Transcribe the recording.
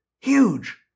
huge